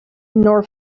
nor